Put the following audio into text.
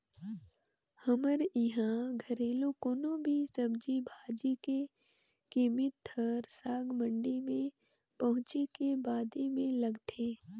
हमर इहां घरेलु कोनो भी सब्जी भाजी के कीमेत हर साग मंडी में पहुंचे के बादे में लगथे